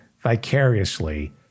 vicariously